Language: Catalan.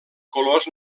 colors